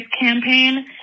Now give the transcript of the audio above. campaign